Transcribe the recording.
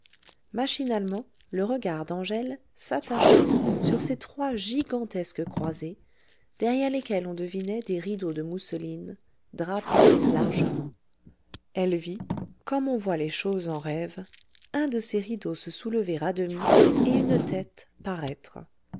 machinalement le regard d'angèle s'attacha sur ces trois gigantesques croisées derrière lesquelles on devinait des rideaux de mousseline drapés largement elle vit comme on voit les choses en rêve un de ces rideaux se soulever à demi et une tête paraître